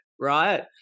right